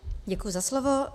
Děkuji za slovo.